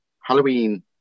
Halloween